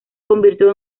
convirtió